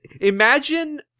imagine